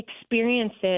experiences